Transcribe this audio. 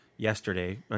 Yesterday